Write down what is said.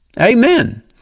Amen